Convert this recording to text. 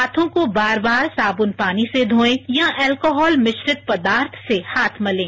हांथों को बार बार साबुन पानी से धोएं या अल्कोहल मिश्रित पदार्थ से हाथ मलें